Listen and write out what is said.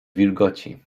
wilgoci